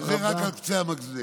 זה רק על קצה המזלג.